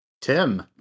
Tim